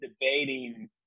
debating